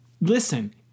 Listen